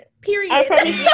Period